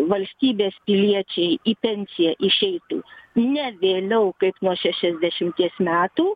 valstybės piliečiai į pensiją išeitų ne vėliau kaip nuo šešiasdešimties metų